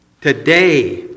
Today